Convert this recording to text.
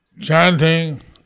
chanting